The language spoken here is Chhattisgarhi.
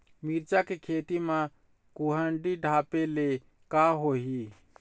मिरचा के खेती म कुहड़ी ढापे ले का होही?